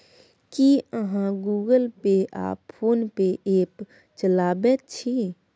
की अहाँ Google Pay आ PhonePe app चलाबैत छी?